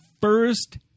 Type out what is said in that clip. first